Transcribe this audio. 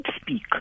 speak